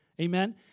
Amen